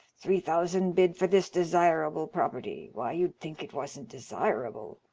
three thousand bid for this desirable property. why, you'd think it wasn't desirable.